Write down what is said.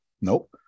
Nope